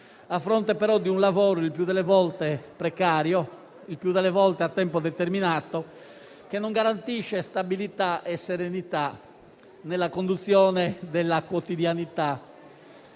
a fronte però di un lavoro il più delle volte precario, a tempo determinato, che non garantisce stabilità e serenità nella conduzione della quotidianità.